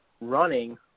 running